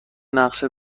نقشه